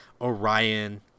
Orion